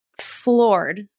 floored